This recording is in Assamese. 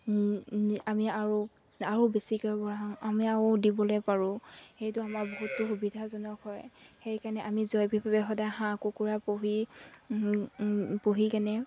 আমি আৰু আৰু বেছিকৈ বা আমি আও দিবলৈ পাৰোঁ সেইটো আমাৰ বহুতো সুবিধাজনক হয় সেইকাৰণে আমি জৈৱিকভাৱে সদায় হাঁহ কুকুৰা পুহি পুহি কিনে